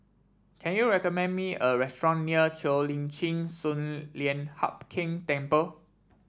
can you recommend me a restaurant near Cheo Lim Chin Sun Lian Hup Keng Temple